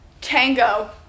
tango